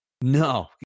No